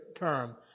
term